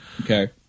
Okay